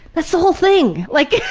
but the whole thing. like,